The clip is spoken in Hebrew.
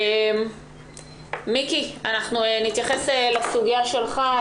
מיקי לוי, נתייחס לסוגיה שלך.